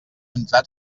entrar